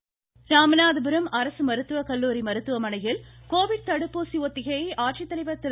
ஒத்திகை தொடர்ச்சி ராமநாதபுரம் அரசு மருத்துவக்கல்லூரி மருத்துவமனையில் கோவிட் தடுப்பூசி ஒத்திகையை ஆட்சித்தலைவர் திரு